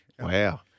Wow